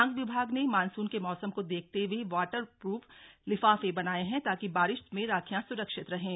डाक विभाग ने मानस्न के मौसम को देखते हृए वाटर प्रूफ लिफाफे बनाएं हैं ताकि बारिश में राखियां स्रक्षित रहें